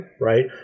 Right